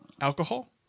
Alcohol